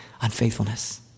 Unfaithfulness